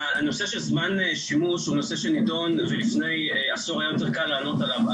הנושא של זמן שימוש הוא נושא שנידון ולפני עשור היה יותר קל לעלות עליו.